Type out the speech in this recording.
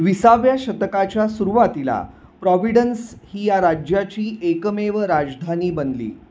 विसव्या शतकाच्या सुरुवातीला प्रॉविडन्स ही या राज्याची एकमेव राजधानी बनली